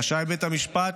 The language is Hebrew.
רשאי בית המשפט,